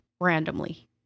Randomly